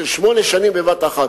של שמונה שנים בבת-אחת,